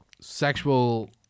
sexual